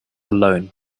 alone